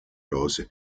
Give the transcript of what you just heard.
rose